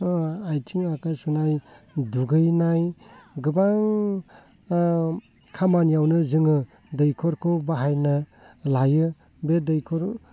बा आइथिं आखाइ सुनाय दुगैनाय गोबां खामानियावनो जोङो दैखरखौ बाहायनो लायो बे दैखर